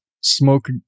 smoke